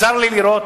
צר לי לראות